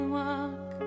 walk